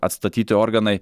atstatyti organai